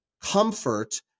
comfort